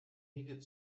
needed